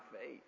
faith